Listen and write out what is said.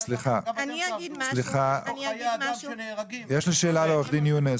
סליחה, יש לי שאלה לעורכת דין יונס,